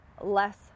less